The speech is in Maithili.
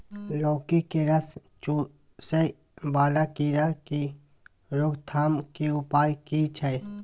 लौकी के रस चुसय वाला कीरा की रोकथाम के उपाय की छै?